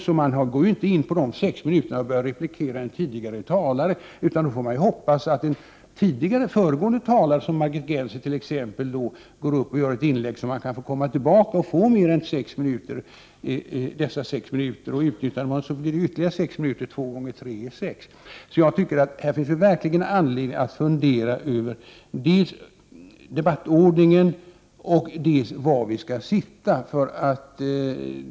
På de 6 minuterna går man ju inte in och börjar replikera en tidigare talare, utan man får hoppas att någon föregående talare som Margit Gennser har gjort begär ett inlägg så att man kan få komma tillbaka ytterligare 2 gånger 3 minuter. Här finns verkligen anledning att fundera över dels debattordningen, dels var vi skall sitta.